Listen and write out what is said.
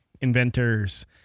inventors